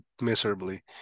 miserably